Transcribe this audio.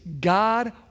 God